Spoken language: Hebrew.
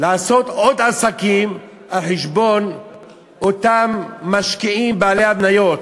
לעשות עוד עסקים על חשבון אותם משקיעים בעלי המניות.